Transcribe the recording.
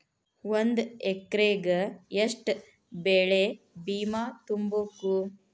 ಒಂದ್ ಎಕ್ರೆಗ ಯೆಷ್ಟ್ ಬೆಳೆ ಬಿಮಾ ತುಂಬುಕು?